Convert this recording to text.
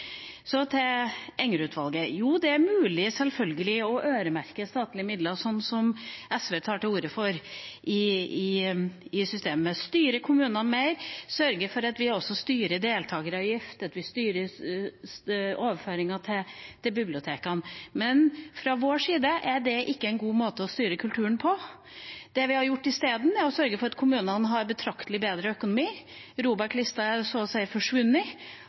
Så til Enger-utvalget: Det er selvfølgelig mulig å øremerke statlige midler i systemet, sånn som SV tar til orde for: styre kommunene mer, sørge for at vi også styrer deltakeravgift, og at vi styrer overføringer til bibliotekene. Men fra vår side er ikke det en god måte å styre kulturen på. Det vi har gjort i stedet, er å sørge for at kommunene har betraktelig bedre økonomi. ROBEK-lista er så å si forsvunnet,